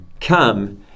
come